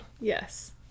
Yes